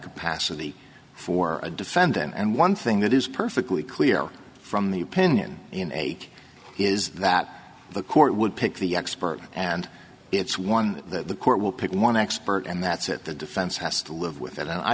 capacity for a defendant and one thing that is perfectly clear from the opinion is that the court would pick the expert and it's one that the court will pick one expert and that's it the defense has to live with it and i